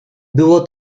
było